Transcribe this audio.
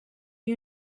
you